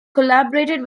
collaborated